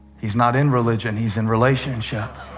he's not in religion he's in relationship.